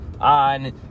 on